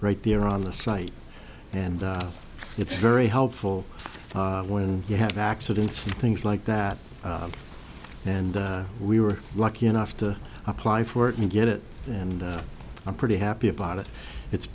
right there on the site and it's very helpful when you have accidents and things like that and we were lucky enough to apply for it and get it and i'm pretty happy about it it's